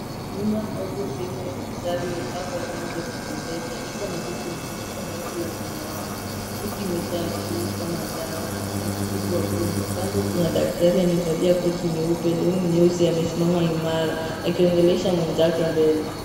Nyumba ndogo sehemu ya hospitali imepakwa rangi ya kupendeza. Iko na vitu vingi, kabati la samawati. Vitu imejaa juu kama dawa ya kutibu wagonjwa. Kando kuna daktari aliyevalia koti nyeupe, long'i nyeusi amesimama imara akiongelesha mwenzake mbele.